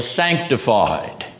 sanctified